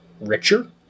richer